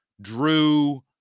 drew